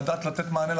לדעת לתת מענה,